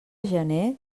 gener